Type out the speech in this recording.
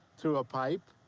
through a pipe,